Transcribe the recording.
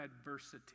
adversity